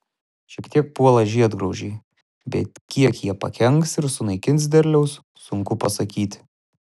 šiek tiek puola žiedgraužiai bet kiek jie pakenks ir sunaikins derliaus sunku pasakyti